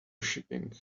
shipping